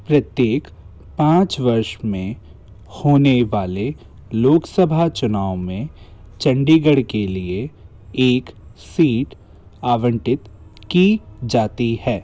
प्रत्येक पाँच वर्ष में होने वाले लोकसभा चुनाव में चंडीगढ़ के लिए एक सीट आवंटित की जाती है